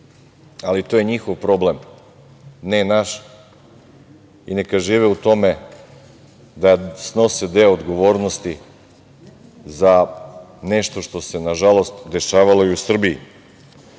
Ali, to je njihov problem, ne naš i neka žive u tome da snose deo odgovornosti za nešto što se, nažalost, dešavalo i u Srbiji. Da